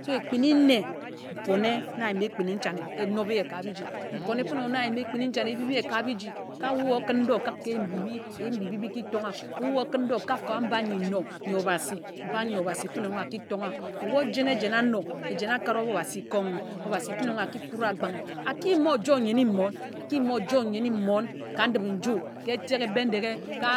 So ekpin-i-ne nfone na ayimi ekpini nchane enob ye ka biji nfone fene na ayimi ekpini nchane ebib ye ka biji ka weh okún ndó okak eyim mbibi eyim mbibi eki ton̄ wah. ebu okún ndō okāk ka mba n̄yi nno n̄yi obhasi mba n̄yi obhasi erong fene aki ton̄a weh ojen ejen ano ejen akad ōbo obhasi kóm obhasi fene erong aki kura akpanghe aki yima ojoe nyene mmon ka ndip-i-nju ka etek e Bendeghe ka